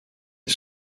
est